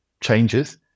changes